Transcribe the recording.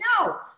no